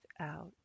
out